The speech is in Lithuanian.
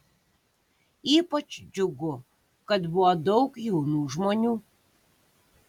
ypač džiugų kad buvo daug jaunų žmonių